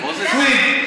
אתה יודע מה?